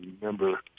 remember